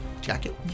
jacket